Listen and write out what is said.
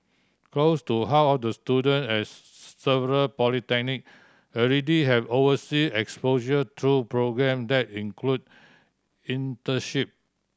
close to half of the students at several polytechnic already have oversea exposure through program that include internship